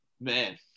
man